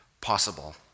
possible